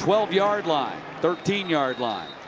twelve yard line, thirteen yard line.